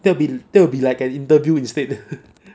the will be that will be like an interview instead